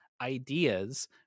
ideas